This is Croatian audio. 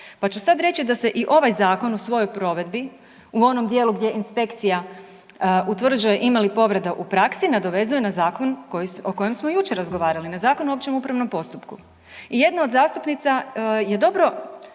Pa ću sad reći da se i ovaj zakon u svojoj provedbi u onom dijelu gdje inspekcija utvrđuje ima li povreda u praksu nadovezuje na zakon o kojem smo jučer razgovarali, na Zakon o općem upravnom postupku. I jedna od zastupnica je dobro